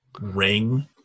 ring